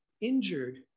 injured